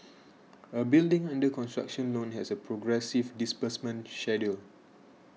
a building under construction loan has a progressive disbursement schedule